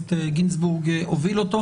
הכנסת גינזבורג הוביל בסוף הכנסת האחרונה.